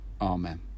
Amen